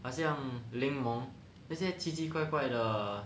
好像柠檬那些奇奇怪怪的